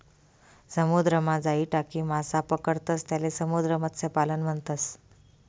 समुद्रमा जाई टाकी मासा पकडतंस त्याले समुद्र मत्स्यपालन म्हणतस